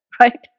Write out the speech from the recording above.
right